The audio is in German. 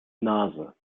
nase